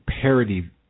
parody